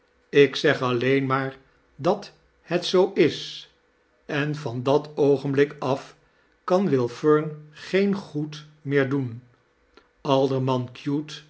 ik zeg alleen maar dat het zoo is en van dat oogenblik af kan will fern geen goed meer doen alderman cute